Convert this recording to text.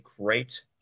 great